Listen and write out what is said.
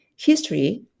History